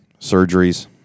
surgeries